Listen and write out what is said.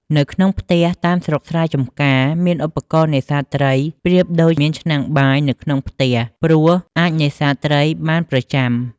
នៅក្នុងផ្ទះតាមស្រុកស្រែចំការមានឧបករណ៍នេសាទត្រីប្រៀបដូចមានឆ្នាំងបាយនៅក្នុងផ្ទះព្រោះអាចនេសាទត្រីបានប្រចាំ។